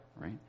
right